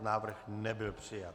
Návrh nebyl přijat.